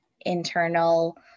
internal